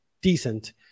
decent